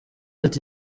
ati